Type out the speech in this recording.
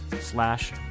slash